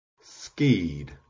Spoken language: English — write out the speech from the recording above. skied